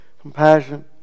compassion